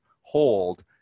hold